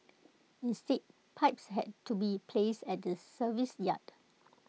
instead pipes had to be placed at the service yard